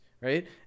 right